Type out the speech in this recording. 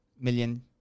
million